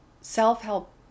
self-help